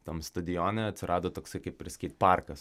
tam stadione atsirado toks kaip ir skeit parkas